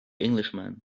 englishman